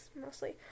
mostly